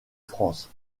france